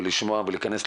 ושם אפשר לשמוע את